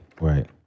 Right